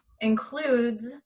includes